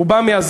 הוא בא מהזרם,